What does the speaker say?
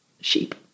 sheep